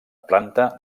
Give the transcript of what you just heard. planta